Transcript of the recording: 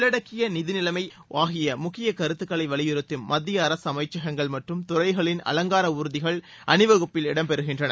உள்ளடக்கிய நிதிநிலைமை ஆகிய முக்கிய கருத்துக்களை வலியுறுத்தும் மத்திய அரசு அமைச்சகங்கள் மற்றும் துறைகளின் அலங்கார ஊர்திகள் அணிவகுப்பில் இடம் பெறுகின்றன